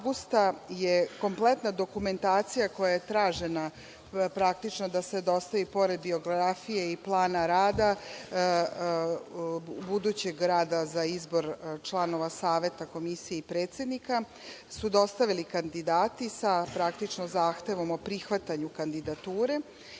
je kompletna dokumentacija koja je tražena praktično da se dostavi, pored biografije i plana rada, budućeg rada za izbor članova Saveta Komisije i predsednika su dostavili kandidati sa zahtevom o prihvatanju kandidature